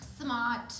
smart